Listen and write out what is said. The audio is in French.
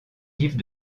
rives